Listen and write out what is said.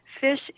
fish